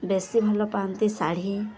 ବେଶୀ ଭଲ ପାଆନ୍ତି ଶାଢ଼ୀ